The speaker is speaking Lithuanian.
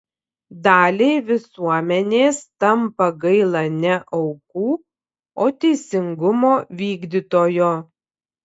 daliai visuomenės tampa gaila ne aukų o teisingumo vykdytojo